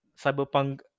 cyberpunk